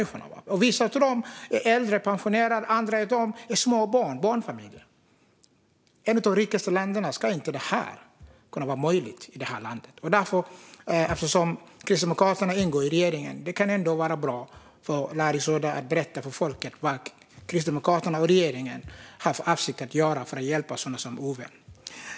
Vissa är äldre och pensionärer, andra är små barn eller barnfamiljer. I ett av världens rikaste länder ska det inte kunna vara möjligt. Kristdemokraterna ingår i regeringen. Det kan vara bra om Larry Söder berättar för folk vad Kristdemokraterna och regeringen har för avsikt att göra för att hjälpa sådana som Ove.